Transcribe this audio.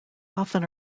often